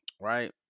right